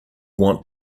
want